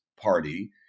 party